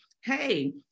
hey